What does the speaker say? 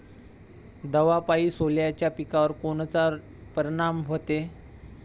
दवापायी सोल्याच्या पिकावर कोनचा परिनाम व्हते?